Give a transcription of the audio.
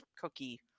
cookie